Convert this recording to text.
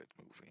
movie